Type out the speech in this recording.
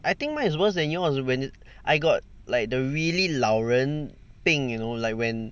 I think mine is worse than yours when I got like the really 老人病 you know like when